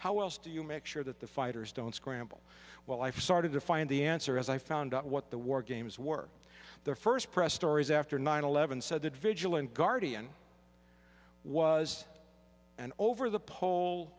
how else do you make sure that the fighters don't scramble well life started to find the answer as i found out what the war games were the first press stories after nine eleven said that vigilant guardian was an over the pole